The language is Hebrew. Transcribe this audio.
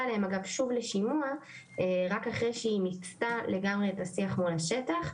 עליהם אגב שוב לשימוע רק אחרי שהיא מיצתה לגמרי את השיח מול השטח.